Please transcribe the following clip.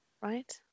Right